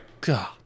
God